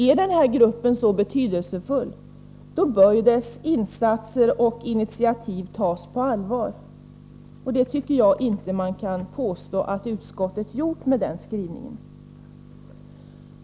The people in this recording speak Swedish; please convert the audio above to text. Är denna grupp så betydelsefull, bör ju dess insatser och initiativ tas på allvar. Det kan man inte påstå att utskottet har gjort med denna skrivning.